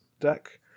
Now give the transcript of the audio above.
deck